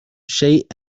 شيء